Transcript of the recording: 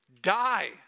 die